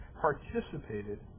participated